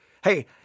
Hey